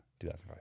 2005